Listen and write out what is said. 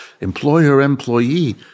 employer-employee